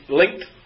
linked